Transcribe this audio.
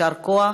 יישר כוח.